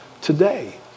today